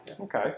Okay